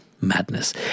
madness